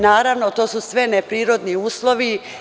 Naravno, to su sve neprirodni uslovi.